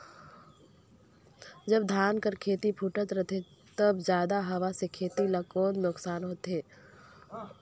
जब धान कर खेती फुटथे रहथे तब जादा हवा से खेती ला कौन नुकसान होथे?